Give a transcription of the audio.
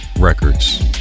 records